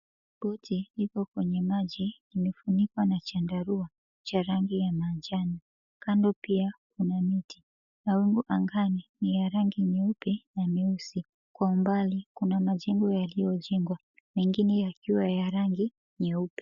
Boti liko kwenye maji imefunikwa na chandarua cha rangi ya manjano, kando pia kuna miti. Mawingu angani ni ya rangi nyeupe na nyeusi. Kwa mbali kuna majengo yaliyojengwa, mengine yakiwa ya rangi nyeupe.